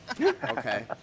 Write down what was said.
Okay